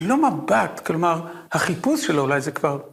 ‫לא מבט, כלומר החיפוש שלו ‫אולי זה כבר...